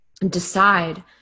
decide